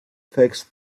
fixed